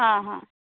ହଁ ହଁ